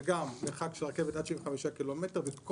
זה גם מרחק של הרכבת עד 75 קילומטר וכל